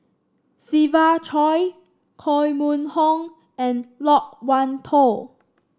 Siva Choy Koh Mun Hong and Loke Wan Tho